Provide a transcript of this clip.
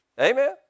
Amen